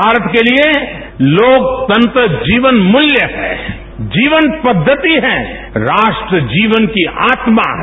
भारत के लिए लोकतंत्र जीवनमूल्य है जीवन पद्वति है राष्ट्र जीवन की आत्मा है